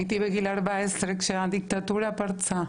הייתי בגיל 14 כשהדיקטטורה פרצה.